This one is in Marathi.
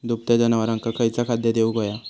दुभत्या जनावरांका खयचा खाद्य देऊक व्हया?